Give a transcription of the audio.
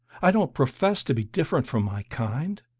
i don't profess to be different from my kind.